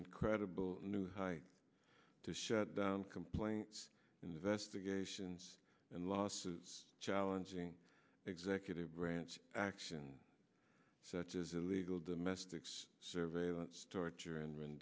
incredible new height to shut down complaints investigations and lawsuits challenging executive branch action such as illegal domestics surveillance torture and